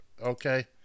okay